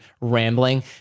rambling